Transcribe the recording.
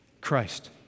Christ